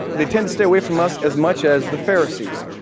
they tend to stay away from us as much as the pharisees.